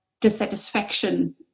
dissatisfaction